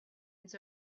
its